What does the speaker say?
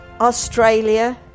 Australia